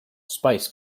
spice